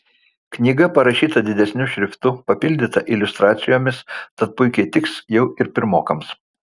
knyga parašyta didesniu šriftu papildyta iliustracijomis tad puikiai tiks jau ir pirmokams